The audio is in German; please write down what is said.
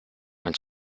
man